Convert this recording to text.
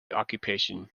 occupation